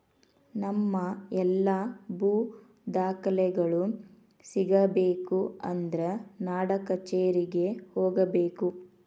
ನಮ್ಮ ಎಲ್ಲಾ ಭೂ ದಾಖಲೆಗಳು ಸಿಗಬೇಕು ಅಂದ್ರ ನಾಡಕಛೇರಿಗೆ ಹೋಗಬೇಕು